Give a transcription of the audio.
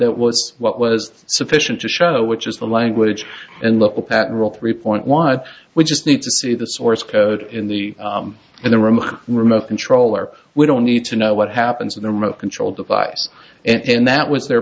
that was what was sufficient to show which is the language and little pat rule three point one we just need to see the source code in the in the room remote control or we don't need to know what happens when the remote control device and that was their